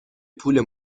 پول